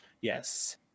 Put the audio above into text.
Yes